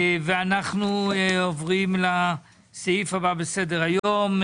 ואנחנו עוברים לסעיף הבא בסדר היום: